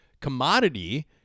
commodity